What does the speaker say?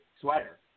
sweater